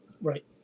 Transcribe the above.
right